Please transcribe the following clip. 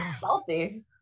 Salty